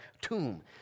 tomb